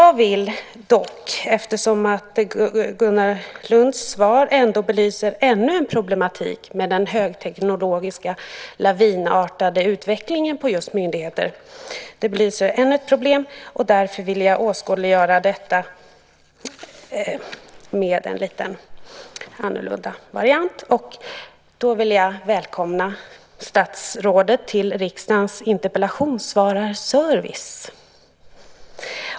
Gunnar Lunds svar belyser ännu en problematik med den högteknologiska lavinartade utvecklingen på just myndighetsområdet. Det visar på ännu ett problem. Det vill jag åskådliggöra med en liten annorlunda variant. Jag vill välkomna statsrådet till riksdagens interpellationssvararservice.